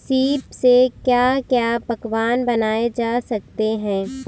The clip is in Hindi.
सीप से क्या क्या पकवान बनाए जा सकते हैं?